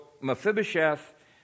Mephibosheth